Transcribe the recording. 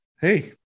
hey